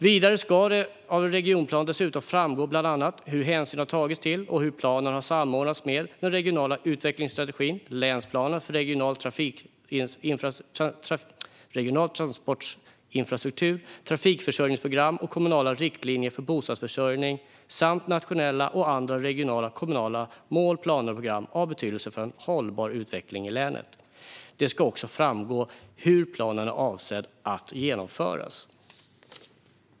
Vidare ska det av en regionplan framgå bland annat hur hänsyn har tagits till och hur planen har samordnats med den regionala utvecklingsstrategin, länsplanen för regional transportinfrastruktur, trafikförsörjningsprogram, kommunala riktlinjer för bostadsförsörjning samt nationella och andra regionala och kommunala mål, planer och program av betydelse för en hållbar utveckling i länet. Det ska också framgå hur planen är avsedd att genomföras.